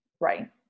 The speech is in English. Right